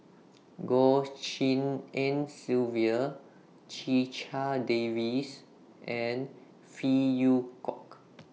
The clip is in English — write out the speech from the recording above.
Goh Tshin En Sylvia Checha Davies and Phey Yew Kok